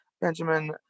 Benjamin